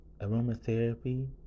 Aromatherapy